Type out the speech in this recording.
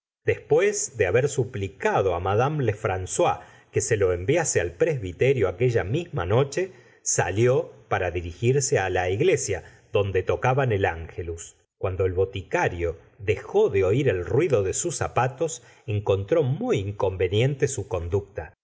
después de haber suplicado á madame lefrancois que se lo enviase al presbiterio aquella misma noche salió para dirigirse la iglesia donde tocaban el angelus cuando el boticario dejó de oir el ruido de sus zapatos encontró muy inconveniente su conducta